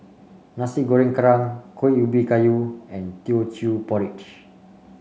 Nasi Goreng Kerang Kuih Ubi Kayu and Teochew Porridge